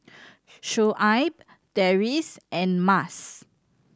Shoaib Deris and Mas